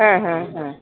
হ্যাঁ হ্যাঁ হ্যাঁ